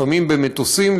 לפעמים במטוסים,